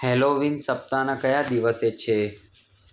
Halloween સપ્તાહના કયા દિવસે છે